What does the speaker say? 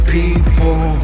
people